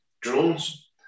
drones